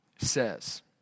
says